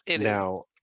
now